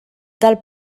del